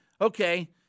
okay